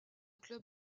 club